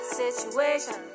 situation